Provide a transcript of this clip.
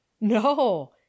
no